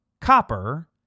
copper